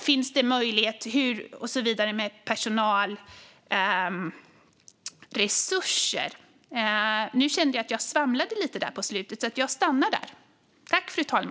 Finns det personalresurser och så vidare?